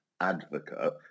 advocate